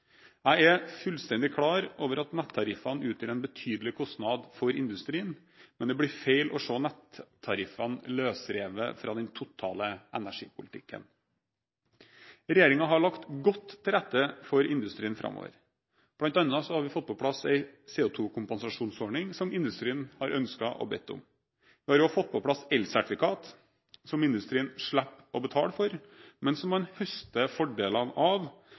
Jeg er fullstendig klar over at nettariffene utgjør en betydelig kostnad for industrien, men det blir feil å se nettariffene løsrevet fra den totale energipolitikken. Regjeringen har lagt godt til rette for industrien framover. Blant annet har vi fått på plass en CO2-kompensasjonsordning som industrien har ønsket og bedt om. Vi har også fått på plass elsertifikat som industrien slipper å betale for, men som man høster fordelene av